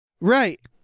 right